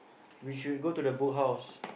we should go to the Book House